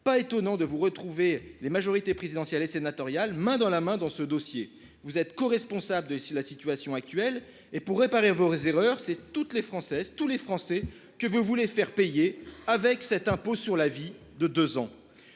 Pas étonnant de vous retrouver les majorités présidentielles et sénatoriales main dans la main dans ce dossier, vous êtes coresponsable de la situation actuelle et pour réparer vous réserves heures c'est toutes les Françaises tous les Français que vous voulez faire payer avec cet impôt sur la vie de deux ans.